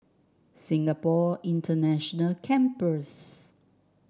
Singapore International Campus